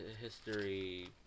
history